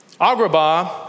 Agrabah